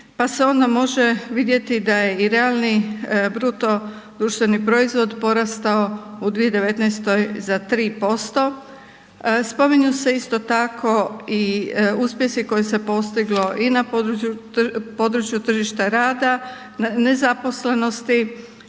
pa se onda može vidjeti da je i realni BDP porastao u 2019. za 3%. Spominju se isto tako, i uspjesi koji se postiglo i na području tržišta rada, na nezaposlenosti,